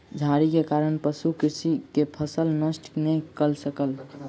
झाड़ी के कारण पशु कृषक के फसिल नष्ट नै कय सकल